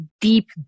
deep